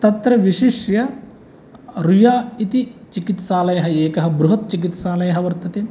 तत्र विशिष्य रुय्या इति चिकित्सालयः एकः बृहत् चिकित्सालयः वर्तते